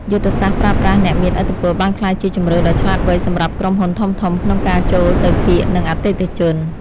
យុទ្ធសាស្ត្រប្រើប្រាស់អ្នកមានឥទ្ធិពលបានក្លាយជាជម្រើសដ៏ឆ្លាតវៃសម្រាប់ក្រុមហ៊ុនធំៗក្នុងការចូលទៅកៀកនឹងអតិថិជន។